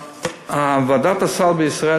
ועדת הסל בישראל,